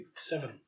Seven